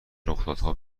رخدادها